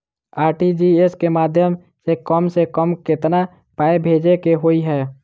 RTGS केँ माध्यम सँ कम सऽ कम केतना पाय भेजे केँ होइ हय?